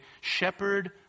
Shepherd